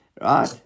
right